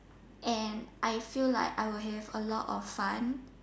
and I feel like I will have a lot of fun